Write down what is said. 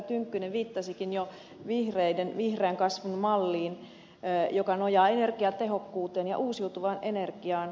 tynkkynen viittasikin jo vihreiden vihreän kasvun malliin joka nojaa energiatehokkuuteen ja uusiutuvaan energiaan